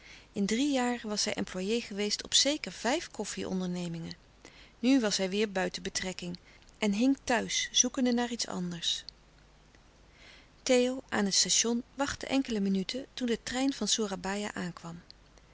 in drie jaren was hij employé geweest op zeker vijf koffie ondernemingen nu was hij weêr buiten betrekking en hing thuis zoekende naar iets anders louis couperus de stille kracht theo aan het station wachtte enkele minuten toen de trein van soerabaia aankwam